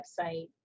website